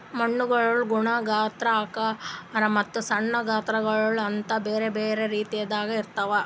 ಮಣ್ಣುಗೊಳ್ ಗುಣ, ಗಾತ್ರ, ಆಕಾರ ಮತ್ತ ಸಣ್ಣ ಗಾತ್ರಗೊಳ್ ಅಂತ್ ಬ್ಯಾರೆ ಬ್ಯಾರೆ ರೀತಿದಾಗ್ ಇರ್ತಾವ್